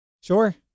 Sure